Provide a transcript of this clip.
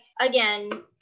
again